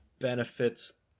benefits